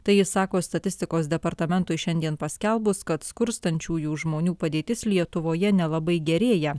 tai jis sako statistikos departamentui šiandien paskelbus kad skurstančiųjų žmonių padėtis lietuvoje nelabai gerėja